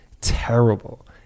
terrible